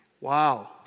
Wow